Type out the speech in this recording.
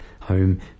home